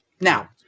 Now